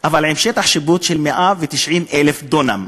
אבל עם שטח שיפוט של 190,000 דונם.